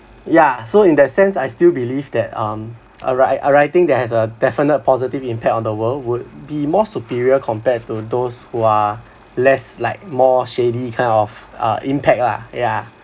ya so in that sense I still believe that um a write~ a writing that has a definite positive impact on the world would be more superior compared to those who are less like more shady kind of uh impact lah ya